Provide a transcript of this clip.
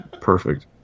perfect